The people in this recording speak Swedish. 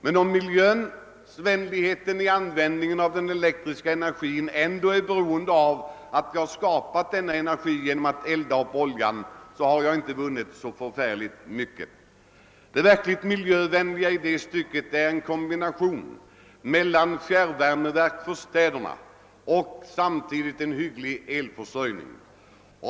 Men om miljövänligheten vid användningen av den elektriska energin ändå är beroende av att man har skapat denna energi genom att elda upp oljan har man inte vunnit så förfärligt mycket. Det verkligt miljövänliga i det stycket är en kombination mellan fjärrvärmeverk för städerna och samtidigt en hygglig elförsörjning.